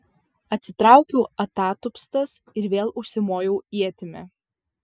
atsitraukiau atatupstas ir vėl užsimojau ietimi